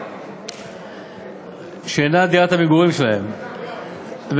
שאינה דירת המגורים שלהם,